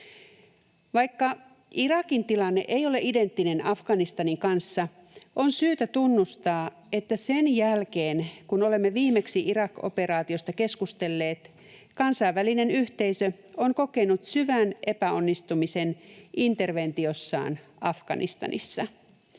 Vaikka Irakin tilanne ei ole identtinen Afganistanin kanssa, on syytä tunnustaa, että sen jälkeen, kun olemme viimeksi Irak-operaatiosta keskustelleet, kansainvälinen yhteisö on kokenut syvän epäonnistumisen interventiossaan Afganistanissa.